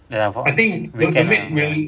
ya for weekend ah